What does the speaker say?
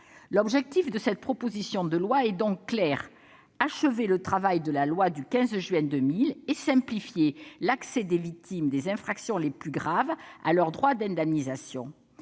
L'objectif de la proposition de loi est clair : il s'agit d'achever le travail de la loi du 15 juin 2000 et de simplifier l'accès des victimes des infractions les plus graves à leur droit à indemnisation.